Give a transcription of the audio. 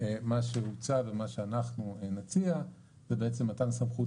מה שהוצע ומה שאנחנו נציע זה מתן סמכות